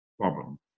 problem